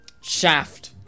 Shaft